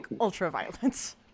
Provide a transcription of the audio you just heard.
ultra-violence